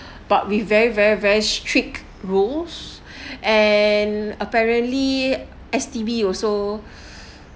but with very very very strict rules and apparently S_T_B also